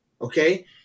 okay